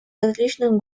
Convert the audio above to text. различных